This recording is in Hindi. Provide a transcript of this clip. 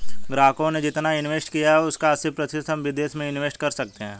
ग्राहकों ने जितना इंवेस्ट किया है उसका अस्सी प्रतिशत हम विदेश में इंवेस्ट कर सकते हैं